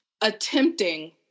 attempting